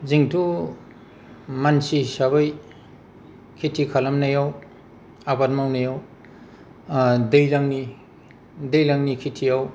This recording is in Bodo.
जोंथ' मानसि हिसाबै खेथि खालामनायाव आबाद मावनायाव दैज्लांनि खेथियाव